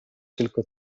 tylko